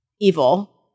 evil